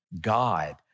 God